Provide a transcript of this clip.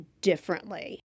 differently